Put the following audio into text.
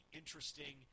interesting